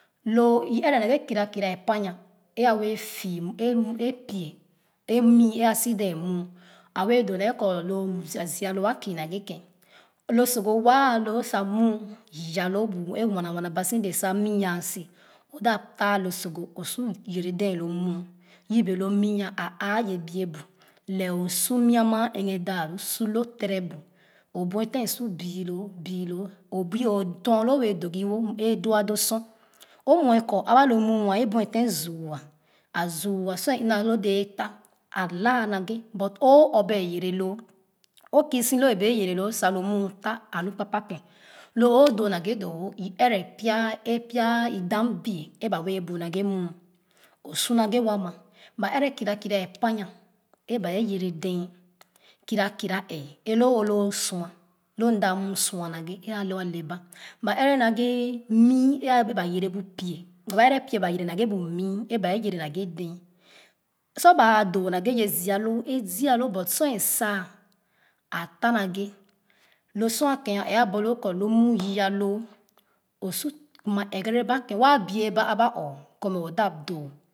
Loo i ɛrɛ naghe kerakera apamyan ee a wɛɛ fii pie a mii a si dɛɛ muu. A wɛɛ doo nee ku i zii lo a ziia loo a kii naghe ken. Lo sogho waa aloo sa muu yii bu a wana wana ba si dɛɛ sa mii a si o dap taah lo sogho su yere dɛɛ lo muu yebe lo mii a aa yee biɛ bu lɛɛ o su mia maa ɛghe daalu su lo tere bu o buefen esu bii loo biiloo o bii o toriloo wɛɛ doo yi wo e doo sor o mue kɔ aba lo muu e buɛtehb zuu'ah a zuu'ah sor e ina lo dee a toh a laa naghe but o o bɛɛ yere loo o kii si lo i bee yere loo sa lo muu tah alu kpakpa ken lo oo doo naghe doo wo i ɛrɛ dam bie eba wɛɛ bu naghe muu su naghe waa ba ɛrɛ kira kira a panyam ama e bee yere dɛɛ kirakira ɛɛ elo o lo o sua mda m sua naghe e alo ale ba ba ɛrɛ naghe mii e bee ba yaa na ghe bu mii e ba yere naghe dɛɛ sor ba doo naghe ye ziia loo e zii aloo but sor e tah a tah naghe lo sor ken ɛɛ borloo kɔ lo muu yii loo o su kuma ɛgɛrɛ ba ken waa biɛ ba aba ɔɔ kɔ mɛ o da do